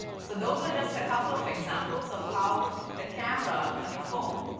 so those are just a couple of examples of how the camera on your phone,